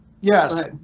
Yes